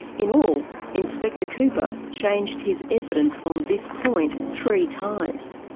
in all, inspector cooper changed his evidence on this point three times.